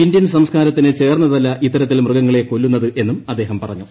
Indian സംസ്ക്കാരത്തിന് ചേർന്നതല്ല ഇത്തരത്തിൽ മൃഗങ്ങളെ കൊല്ലുന്നത് എന്നും അദ്ദേഹം പറഞ്ഞു